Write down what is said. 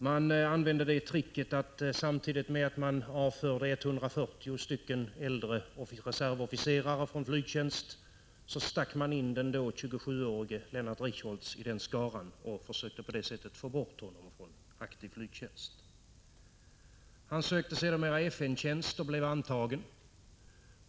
Man använde tricket att samtidigt med att man avförde 140 äldre reservofficerare från flygtjänst stack in den då 27-årige Lennart Richholtz i den skaran för att på det sättet försöka få bort honom från aktiv tjänst. Han sökte sedermera FN-tjänst och blev antagen.